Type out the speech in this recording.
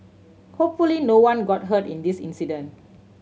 hopefully no one got hurt in this incident